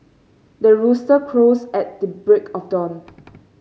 the rooster crows at the break of dawn